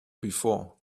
before